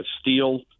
steel